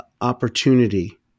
opportunity